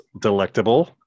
delectable